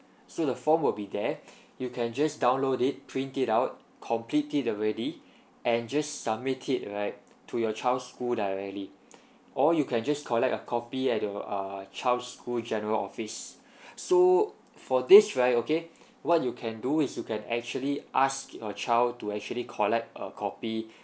so the form will be there you can just download it print it out complete it already and just submit it right to your child's school directly or you can just collect a copy at your uh child's school general office so for this right okay what you can do is you can actually ask your child to actually collect a copy